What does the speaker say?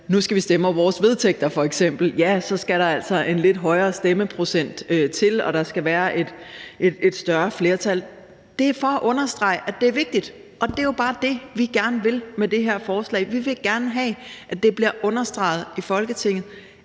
skal stemme om vedtægterne, at så skal der altså en lidt højere stemmeprocent til, og der skal være et større flertal. Det er for at understrege, at det er vigtigt, og det er jo bare det, vi gerne vil med det her forslag. Vi vil gerne have, at det bliver understreget i Folketinget,